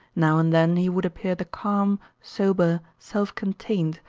now and then he would appear the calm, sober, self-contained,